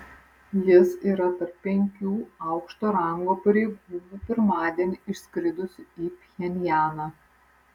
jis yra tarp penkių aukšto rango pareigūnų pirmadienį išskridusių į pchenjaną